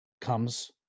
comes